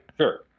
Sure